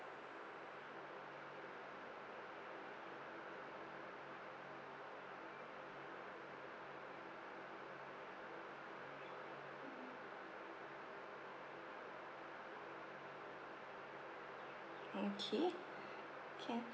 okay can